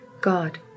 God